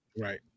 Right